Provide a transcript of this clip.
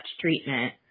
treatment